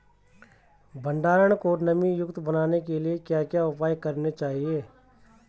भंडारण को नमी युक्त बनाने के लिए क्या क्या उपाय करने चाहिए?